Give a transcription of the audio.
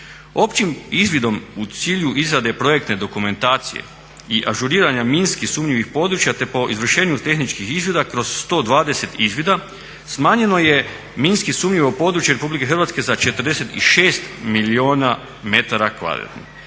Općim izvidom u cilju izrade projektne dokumentacije i ažuriranja minski sumnjivih područja te po izvršenju tehničkih izvida kroz 120 izvida smanjeno je minski sumnjivo područje RH za 46 milijuna metara kvadratnih.